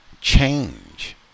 change